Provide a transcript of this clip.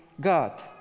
God